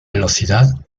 velocidad